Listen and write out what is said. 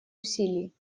усилий